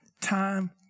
time